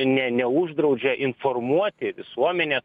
ne neuždraudžia informuoti visuomenę